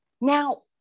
Now